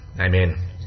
Amen